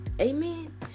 Amen